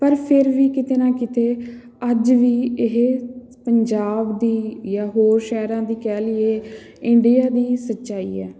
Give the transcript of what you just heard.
ਪਰ ਫਿਰ ਵੀ ਕਿਤੇ ਨਾ ਕਿਤੇ ਅੱਜ ਵੀ ਇਹ ਪੰਜਾਬ ਦੀ ਜਾਂ ਹੋਰ ਸ਼ਹਿਰਾਂ ਦੀ ਕਹਿ ਲਈਏ ਇੰਡੀਆ ਦੀ ਸੱਚਾਈ ਹੈ